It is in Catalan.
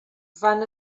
van